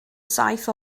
saith